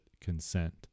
consent